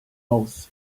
oath